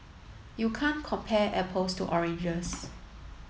you can't compare apples to oranges